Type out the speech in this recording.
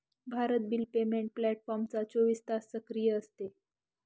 Bharat bill payment platform चोवीस तास सक्रिय असते